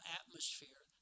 atmosphere